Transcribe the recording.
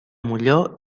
molló